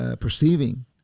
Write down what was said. Perceiving